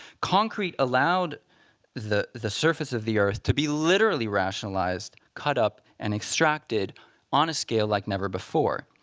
concrete allowed the the surface of the earth to be literally rationalized, cut up, and extracted on a scale like never before.